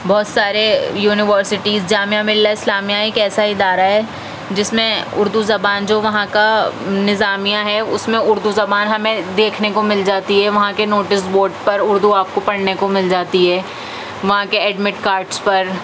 بہت سارے یونیورسٹیز جامعہ ملیہ اسلامیہ ایک ایسا ادارا ہے جس میں اردو زبان جو وہاں کا نظامیہ ہے اس میں اردو زبان ہمیں دیکھنے کو مل جاتی ہے وہاں کے نوٹس بورڈ پر اردو آپ کو پڑھنے کو مل جاتی ہے وہاں کے ایڈمٹ کارڈس پر